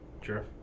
Sure